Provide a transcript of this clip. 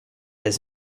his